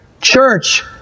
church